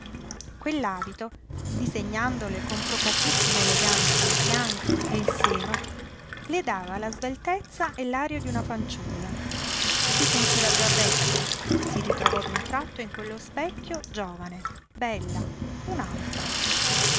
vergogna quell'abito disegnandole con procacissima eleganza i fianchi e il seno le dava la sveltezza e l'aria d'una fanciulla si sentiva già vecchia si ritrovò d'un tratto in quello specchio giovane bella